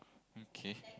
okay